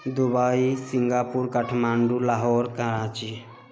Dubai Singapore Kathmandu Lahore Karachi